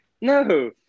No